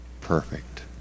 perfect